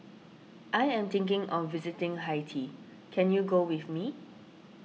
I am thinking of visiting Haiti can you go with me